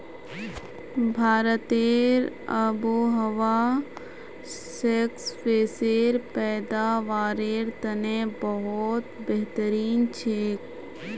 भारतेर आबोहवा स्क्वैशेर पैदावारेर तने बहुत बेहतरीन छेक